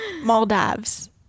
Maldives